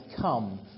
Come